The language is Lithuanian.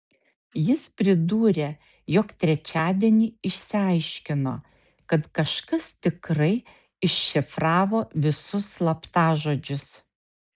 jis pridūrė jog trečiadienį išsiaiškino kad kažkas tikrai iššifravo visus slaptažodžius